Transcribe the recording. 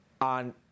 on